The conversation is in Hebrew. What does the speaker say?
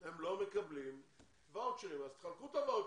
הם לא מקבלים ואוצ'רים, אז תחלקו את הוואוצ'רים,